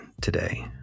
today